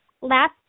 Last